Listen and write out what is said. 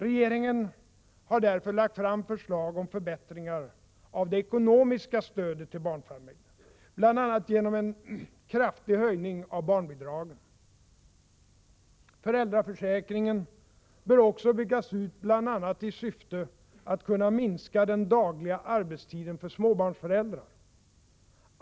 Regeringen har därför lagt fram förslag till förbättringar av det ekonomiska stödet till barnfamiljerna, bl.a. genom en kraftig höjning av barnbidragen. Föräldraförsäkringen bör också byggas ut bl.a. i syfte att kunna minska den dagliga arbetstiden för småbarnsföräldrar.